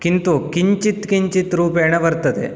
किन्तु किञ्चित् किञ्चित् रूपेण वर्तते